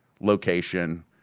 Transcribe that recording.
location